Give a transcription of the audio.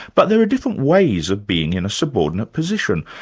but there are different ways of being in a subordinate position.